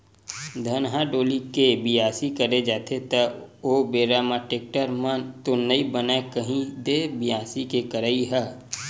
धनहा डोली के बियासी करे जाथे त ओ बेरा म टेक्टर म तो नइ बनय कही दे बियासी के करई ह?